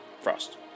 Frost